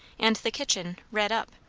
and the kitchen redd up.